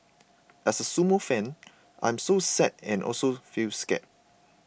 as a sumo fan I am so sad and also feel scared